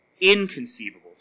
inconceivable